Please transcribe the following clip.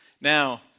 Now